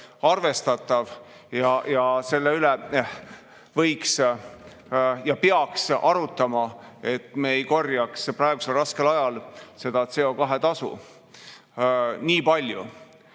arvestatav, ja selle üle võiks arutada ja peaks arutama, et me ei korjaks praegusel raskel ajal CO2tasu nii palju.